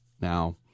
Now